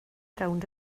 rownd